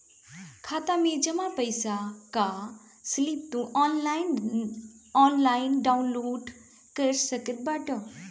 खाता से जमा पईसा कअ स्लिप तू ऑनलाइन डाउन लोड कर सकत बाटअ